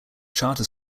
charter